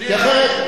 מציע לכם להתאפק,